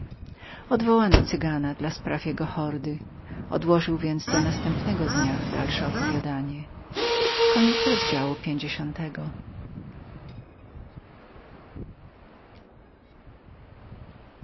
odwołano cygana dla spraw jego hordy odłożył więc do następnego dnia dalsze opowiadanieopowiadanie